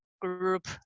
group